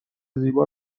زیبا